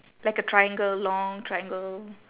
like a triangle long triangle